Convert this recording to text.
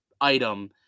item